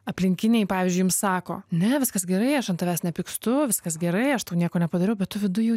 aplinkiniai pavyzdžiui jum sako ne viskas gerai aš ant tavęs nepykstu viskas gerai aš tau nieko nepadariau bet viduj